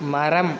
மரம்